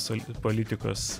sultis politikas